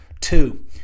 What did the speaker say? Two